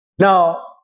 Now